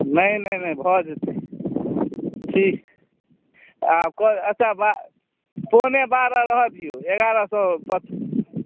नहि नहि नहि भऽ जेतै ठीक आब अच्छा बा पौने बारह रहय दियौ एगारह सए पर